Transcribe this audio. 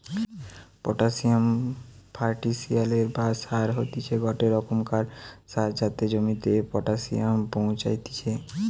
potassium ফার্টিলিসের বা সার হতিছে গটে রোকমকার সার যাতে জমিতে পটাসিয়াম পৌঁছাত্তিছে